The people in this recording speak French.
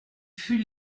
fut